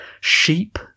sheep